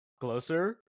closer